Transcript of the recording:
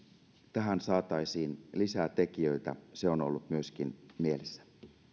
tähän saataisiin lisää tekijöitä se on ollut myöskin mielessä